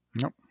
Nope